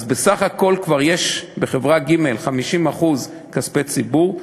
אז בסך הכול כבר יש בחברה ג' 50% כספי ציבור,